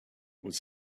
was